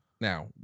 Now